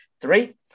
three